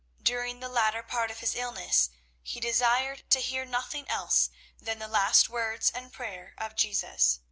during the latter part of his illness he desired to hear nothing else than the last words and prayer of jesus.